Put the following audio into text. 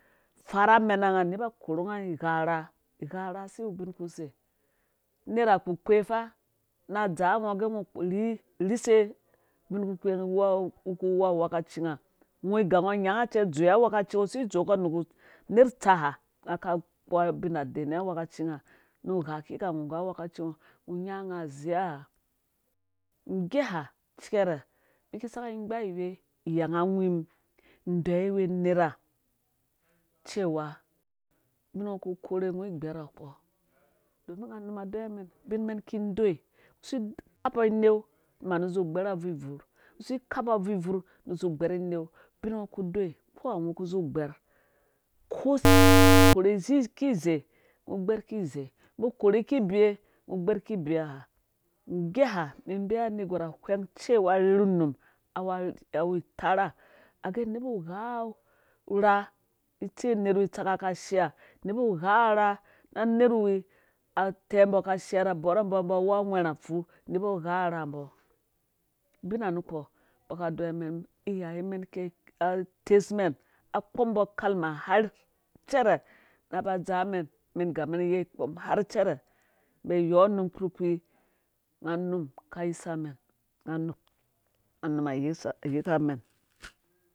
Farha amena nga neba korhu nga igha rhaa igha rhaa asi wu ubin ku zei nerha kpurkpee fa na dzaa ngɔ agɛ ngɔ rise ubin kpurkpii ku wu kpu angwhɛkacinga ngɔ gango nya nga cɛ dzowe ngwhekacingo si dzowe kɔ nuku nerh tsaha nga ka doi abinha dena ngwhɛkacingo ngo gha ki yiku ngɔ nggu ngwhenkaci ngo ngo nya nga azeiya nggeha cɛrɛ miki saki ighabaiwei iyanga awimum deyiwa nerha cewa ubin ngɔ ku korhe ngɔ gberhɔ kpɔ domin nga num adeyiwa mɛn bin men ki doi su. khapɔ inu nu manu di gba abvurbvur su khapo bvurbvur nu manu zi gberv inua ubin ngɔ ku doi kpɔha ngɔ ku zi gber ko ngɔ korhi kizee ngɔ gber kizee ba korhu. ki biwa ngɔ gbɛɛ ki biweha nggeha mibee anerh gwar. a whengcewa arherhu num awu utarh age nebu ghwo rhaa ni tsɔ unerhwi tsaka ka shea nebu ghawɔ rhaa na nerhwi ute unbɔ ka sheana bɔrhe mbɔ awu angwhɛrhafu nebu gha urhaa mbɔ bina nukpombɔka deyiwa mɛn iyyw mɛn ku atesmɛn kpɔm mbɔ kalma. har cɛrɛ nab dzaa mɛn menga ngga mɛn iyei kpɔm har cɛrɛ mɛn yɔ num kpurkpi nga num ka yisa mɛn. nga num a yika mɛn